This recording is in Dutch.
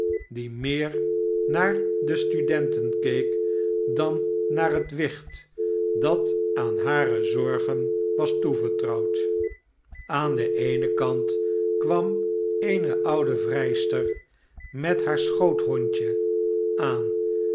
die meer naar de studenten keek dan naar het wicht dat aan hare zorgen was toevertrouwd aan den eenen kant kwam eene oude vrijster met haar schoothondje aan